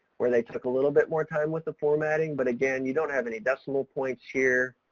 where they took a little bit more time with the formatting. but again, you don't have any decimal points here,